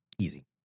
Easy